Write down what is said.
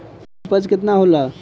उपज केतना होला?